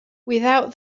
without